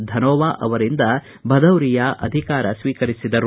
ಧನೋವಾ ಅವರಿಂದ ಬದೌರಿಯಾ ಅಧಿಕಾರ ಸ್ವೀಕರಿಸಿದರು